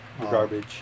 Garbage